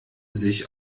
sich